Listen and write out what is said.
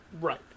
Right